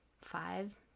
five